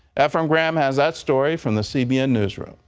efrem graham has that story from the cbn newsroom.